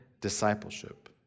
discipleship